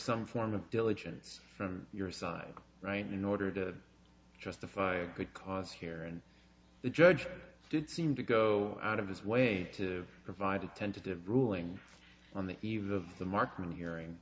some form of diligence from your side right now in order to justify a good cause here and the judge did seem to go out of his way to provide a tentative ruling on the eve of the marketing hearing